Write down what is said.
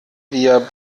wir